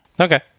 Okay